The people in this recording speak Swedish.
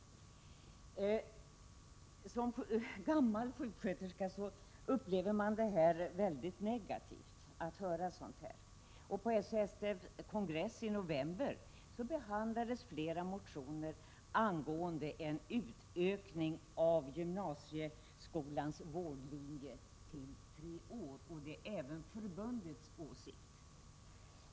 Såsom gammal sjuksköterska upplever jag detta oroande. På SHSTF:s kongress i november behandlades flera motioner angående en utökning av gymnasieskolans vårdlinje till tre år. Detta är även förbundets åsikt.